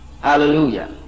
hallelujah